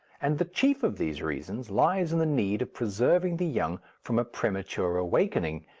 and the chief of these reasons lies in the need of preserving the young from a premature awakening,